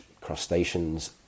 crustaceans